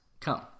come